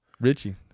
Richie